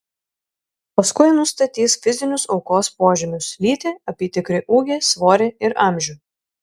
paskui nustatys fizinius aukos požymius lytį apytikrį ūgį svorį ir amžių